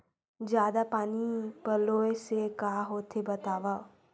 जादा पानी पलोय से का होथे बतावव?